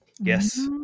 Yes